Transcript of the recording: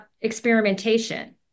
experimentation